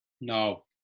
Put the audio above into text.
No